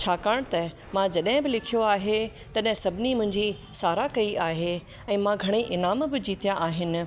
छाकाणि त मां जॾहिं बि लिखियो आहे तॾहिं सभिनी मुंहिंजी साराह कई आहे ऐं मां घणेई इनाम ब जीतिया आहिन